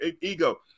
Ego